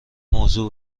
موضوع